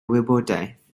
wybodaeth